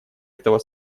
этого